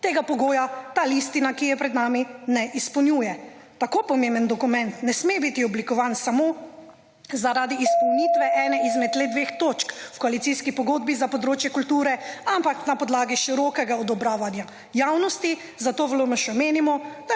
Tega pogoja ta listina, ki je pred nami, ne izpolnjuje. Tako pomemben dokument ne sme biti oblikovan samo zaradi izpolnitve ene izmed le dveh točk v koalicijski pogodbi za področje kulture, ampak na podlagi širokega odobravanja javnosti, zato v LMŠ menimo,